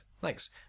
thanks